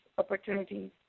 opportunities